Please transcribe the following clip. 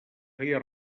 feia